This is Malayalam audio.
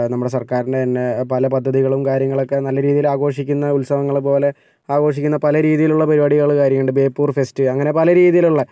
നമ്മളുടെ സർക്കാരിൻ്റെ തന്നെ പല പദ്ധതികളും കാര്യങ്ങളൊക്കെ നല്ല രീതിയിൽ ആഘോഷിക്കുന്ന ഉത്സവങ്ങൾ പോലെ ആഘോഷിക്കുന്ന പല രീതിയിലുള്ള പരിപാടികൾ കാര്യം ഉണ്ട് ബേപ്പൂർ ഫെസ്റ്റ് അങ്ങനെ പല രീതിയിലുള്ള